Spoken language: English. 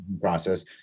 process